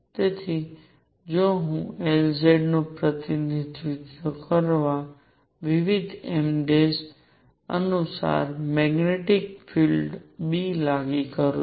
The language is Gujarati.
તેથી જો હું Lz નું પ્રતિનિધિત્વ કરતા વિવિધ m' અનુસાર મેગ્નેટિક ફીલ્ડ B લાગુ કરું તો